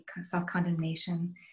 self-condemnation